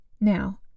Now